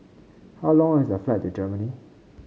how long is the flight to Germany